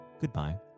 goodbye